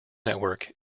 network